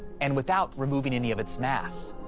and without removing any of its mass.